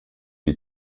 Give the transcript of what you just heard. die